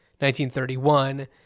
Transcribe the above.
1931